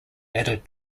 added